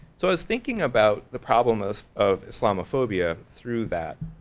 so i was thinking about the problem of of islamophobia through that,